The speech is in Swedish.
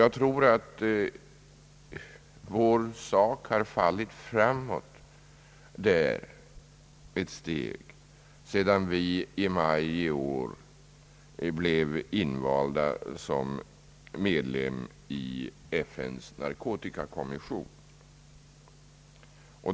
Jag tror att vår sak har fallit framåt ett steg, sedan vi i maj i år blev invalda som medlem i FN:s narkotikakommission.